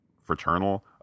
fraternal